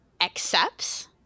accepts